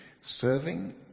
serving